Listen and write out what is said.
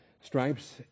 Stripes